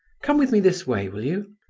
come with me this way, will you?